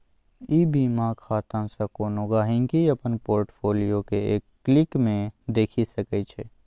ई बीमा खातासँ कोनो गांहिकी अपन पोर्ट फोलियो केँ एक क्लिक मे देखि सकै छै